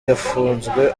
yafunzwe